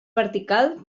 vertical